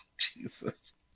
Jesus